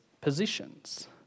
positions